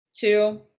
two